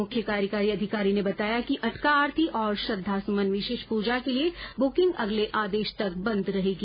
मुख्य कार्यकारी अधिकारी ने बताया कि अटका आरती और श्रद्धासुमन विशेष प्रजा के लिये बुकिंग अगले आदेश तक बंद रहेगी